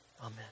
Amen